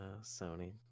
sony